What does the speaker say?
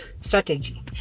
strategy